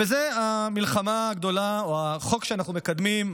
וזה המלחמה הגדולה או החוק שאנחנו מקדמים,